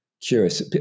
curious